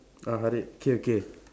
uh Harid okay okay